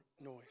noise